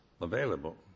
available